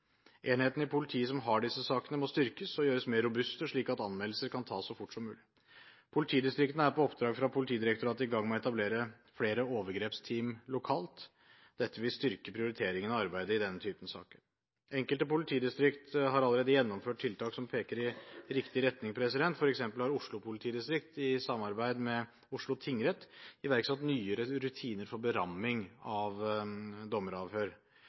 Enhetene i politiet som har disse sakene, må styrkes og gjøres mer robuste, slik at anmeldelser kan tas så fort som mulig. Politidistriktene er på oppdrag fra Politidirektoratet i gang med å etablere flere overgrepsteam lokalt. Dette vil styrke prioriteringen av arbeidet i denne typen saker. Enkelte politidistrikt har allerede gjennomført tiltak som peker i riktig retning, f.eks. har Oslo politidistrikt i samarbeid med Oslo tingrett iverksatt nye rutiner for beramming av dommeravhør.